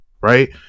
right